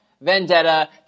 vendetta